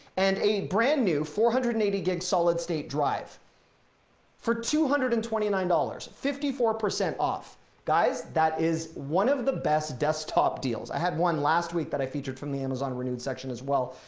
and a brand new four hundred and eighty gig solid state drive for two hundred and twenty nine dollars and fifty four percent off guys, that is one of the best desktop deals. i had one last week that i featured from the amazon renewed section as well,